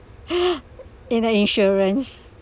you know insurance